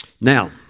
Now